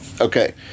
Okay